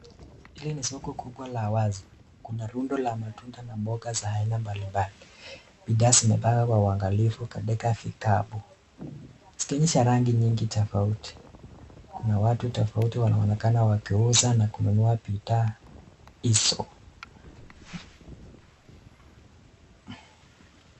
Hili ni soko kubwa la wazi. Kuna rundo la matunda na mboga za aina mbalimbali. Bidhaa zimepangwa kwa uangalifu katika vikapu zikionyesha rangi nyingi tofauti na watu tofauti wanaonekana wakiuza na kununua bidhaa hizo.